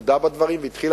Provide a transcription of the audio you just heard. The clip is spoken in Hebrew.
הודה בדברים והתחיל,